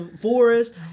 Forest